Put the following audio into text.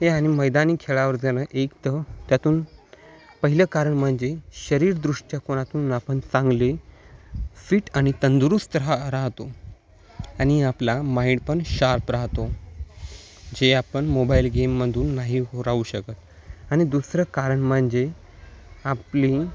हे आणि मैदानी खेळावर जाणं एक तर त्यातून पहिलं कारण म्हणजे शरीर दृष्टिकोनातून आपण चांगले फिट आणि तंदुरुस्त राह राहतो आणि आपला माइंड पण शार्प राहतो जे आपण मोबाईल गेममधून नाही हो राहू शकत आणि दुसरं कारण म्हणजे आपली